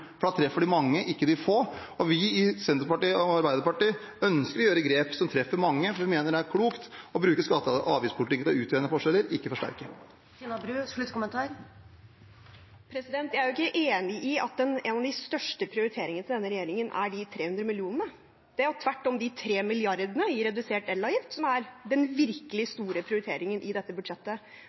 for da treffer det de mange, ikke de få. Vi i Senterpartiet og Arbeiderpartiet ønsker å gjøre grep som treffer mange, for vi mener det er klokt å bruke skatte- og avgiftspolitikken til å utjevne forskjeller, ikke til å forsterke dem. Jeg er ikke enig i at en av de største prioriteringene til denne regjeringen er de 300 millionene. Det er jo tvert om de 3 milliardene i redusert elavgift som er den virkelig store prioriteringen i dette budsjettet.